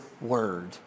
Word